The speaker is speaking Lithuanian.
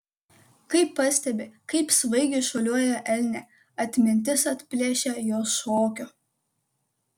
kai pastebi kaip svaigiai šuoliuoja elnė atmintis atplėšia jos šokio